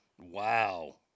Wow